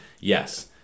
Yes